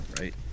right